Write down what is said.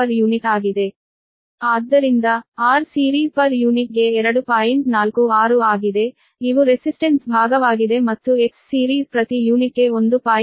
46 ಆಗಿದೆ ಇವು ರೆಸಿಸ್ಟೆನ್ಸ್ ಭಾಗವಾಗಿದೆ ಮತ್ತು Xseries ಪ್ರತಿ ಯೂನಿಟ್ಗೆ 1